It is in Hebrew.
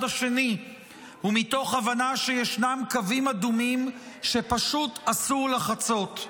השני ומתוך הבנה שישנם קווים אדומים שפשוט אסור לחצות.